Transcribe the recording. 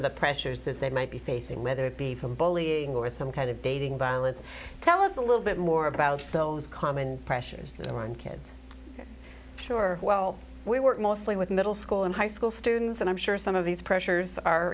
of the pressures that they might be facing whether it be from bullying or some kind of dating violence tell us a little bit more about those common pressures that are on kids sure well we were mostly with middle school and high school students and i'm sure some of these pressures are